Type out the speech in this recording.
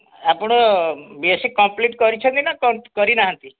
ଆପଣ B S C complete କରିଛନ୍ତି ନା କରିନାହାନ୍ତି